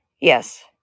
Yes